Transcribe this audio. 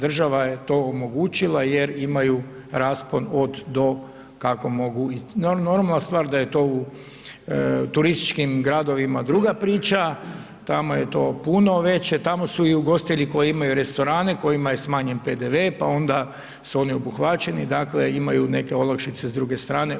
Država je to omogućila jer imaju raspon od do kako mogu i normalna stvar da je to u turističkim gradovima druga priča, tamo je to puno veće, tamo su i ugostitelji koji imaju restorane kojima je smanjen PDV, pa onda su oni obuhvaćeni, dakle imaju neke olakšice s druge strane.